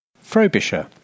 FROBISHER